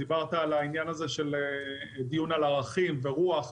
דיברת על העניין הזה של דיון על ערכים ורוח,